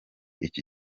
iki